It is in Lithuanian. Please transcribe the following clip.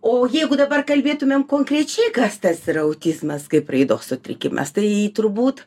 o jeigu dabar kalbėtumėm konkrečiai kas tas yra autizmas kaip raidos sutrikimas tai turbūt